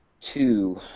Two